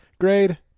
Grade